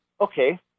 okay